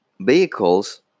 vehicles